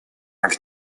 году